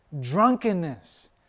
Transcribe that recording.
drunkenness